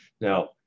Now